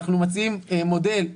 אנחנו מציעים מודל,